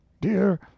dear